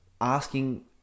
asking